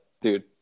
dude